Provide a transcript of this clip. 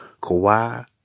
Kawhi